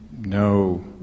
no